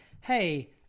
Hey